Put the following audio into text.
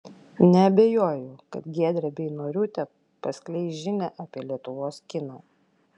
neabejoju kad giedrė beinoriūtė paskleis žinią apie lietuvos kiną